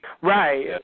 right